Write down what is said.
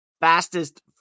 fastest